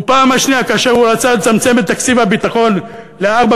והפעם השנייה כאשר הוא רצה לצמצם את תקציב הביטחון ל-4.5%;